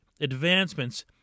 advancements